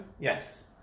Yes